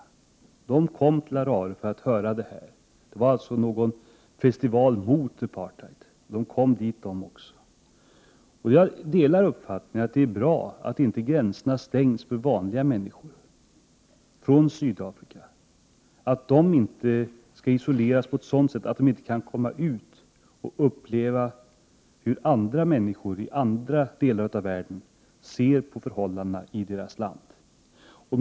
De kom till Harare för att höra det här. Det var alltså en festival mot apartheid, men de kom dit, de också. Jag delar uppfattningen att det är bra att inte gränserna stängs för vanliga människor från Sydafrika, att de inte skall isoleras på ett sådant sätt att de inte kan komma ut och uppleva hur andra människor i andra delar av världen ser på förhållandena i deras land.